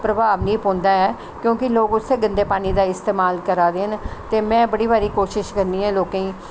प्रभाव निं पौंदा ऐ क्योंकि लोक उस्सै गंदे पानी दा इस्तमाल करा दे न ते में बड़े बारी कोशश करनी आं लोकें गी